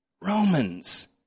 Romans